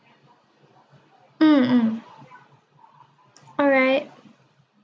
mm mm alright